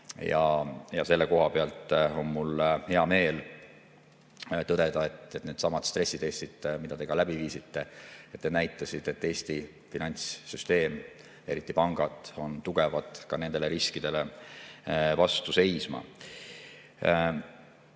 riske. Selle koha pealt on mul hea meel tõdeda, et needsamad stressitestid, mida te ka läbi viisite, näitasid, et Eesti finantssüsteem, eriti pangad, on tugevad ka nendele riskidele vastu seisma.